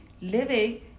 living